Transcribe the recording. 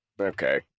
Okay